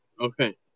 Okay